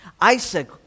Isaac